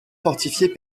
fortifié